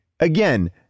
Again